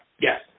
Yes